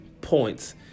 points